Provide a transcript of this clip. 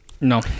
No